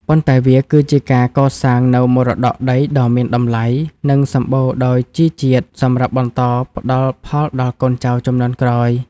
ប៉ុន្តែវាគឺជាការកសាងនូវមរតកដីដ៏មានតម្លៃ និងសម្បូរដោយជីជាតិសម្រាប់បន្តផ្ដល់ផលដល់កូនចៅជំនាន់ក្រោយ។